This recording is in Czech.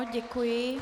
Děkuji.